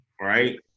right